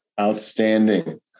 Outstanding